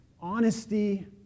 honesty